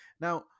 Now